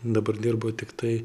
dabar dirbu tiktai